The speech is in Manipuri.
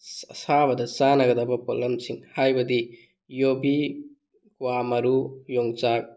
ꯑꯁꯥꯕꯗ ꯆꯥꯟꯅꯒꯗꯕ ꯄꯣꯠꯂꯝꯁꯤꯡ ꯍꯥꯏꯕꯗꯤ ꯌꯨꯕꯤ ꯀ꯭ꯋꯥ ꯃꯔꯨ ꯌꯣꯡꯆꯥꯛ